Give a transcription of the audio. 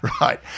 Right